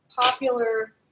popular